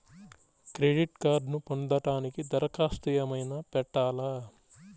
Credit కార్డ్ను పొందటానికి దరఖాస్తు ఏమయినా పెట్టాలా?